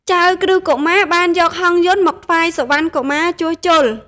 ចៅក្រឹស្នកុមារបានយកហង្សយន្តមកថ្វាយសុវណ្ណកុមារជួសជុល។